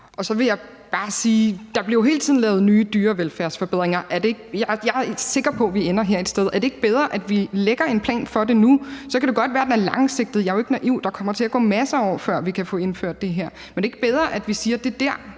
Så vil jeg bare sige, at der jo hele tiden bliver lavet nye dyrevelfærdsforbedringer. Jeg er ikke sikker på, at vi ender det rigtige sted her. Er det ikke bedre, at vi lægger en plan for det nu? Så kan det godt være, at det er langsigtet. Jeg er jo ikke naiv; der kommer til at gå masser af år, før vi kan få indført det her. Er det ikke bedre, at vi siger, at det er dér,